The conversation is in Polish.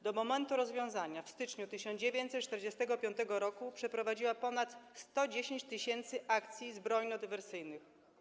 Do momentu rozwiązania w styczniu 1945 r. przeprowadziła ponad 110 tys. akcji zbrojno-dywersyjnych.